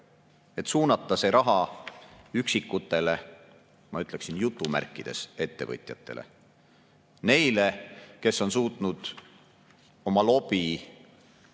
et suunata see raha üksikutele, ma ütleksin, jutumärkides ettevõtjatele. Neile, kes on suutnud oma lobi